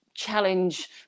challenge